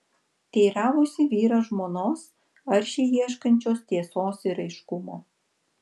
teiravosi vyras žmonos aršiai ieškančios tiesos ir aiškumo